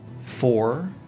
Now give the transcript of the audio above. Four